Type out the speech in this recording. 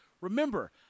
Remember